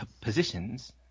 positions